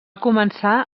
començar